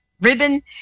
ribbon